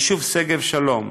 היישוב שגב שלום